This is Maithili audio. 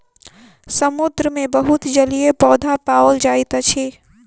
समुद्र मे बहुत जलीय पौधा पाओल जाइत अछि